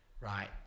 right